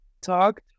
talked